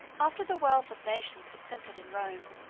after the wealth of nations had centred in rome,